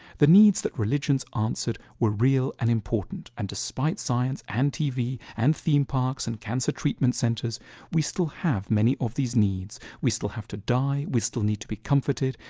the needs that religions answered were real and important and despite science and tv and theme parks and cancer treatment centers we still have many of these needs. we still have to die, we still need to be comforted,